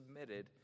submitted